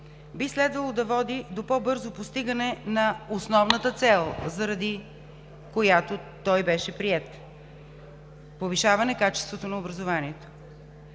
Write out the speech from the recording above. би следвало да води до по-бързо постигане на основната цел, заради която той беше приет – повишаване качеството на образованието.